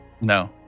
No